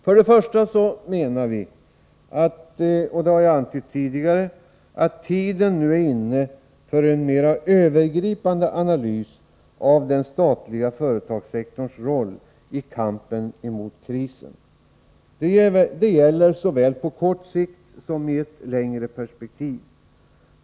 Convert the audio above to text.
För det första menar vi, som jag tidigare antytt, att tiden nu är inne för en mera övergripande analys av den statliga företagssektorns roll i kampen mot krisen. Det gäller såväl på kort sikt som i ett längre perspektiv.